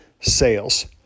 sales